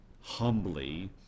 humbly